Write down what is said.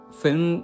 film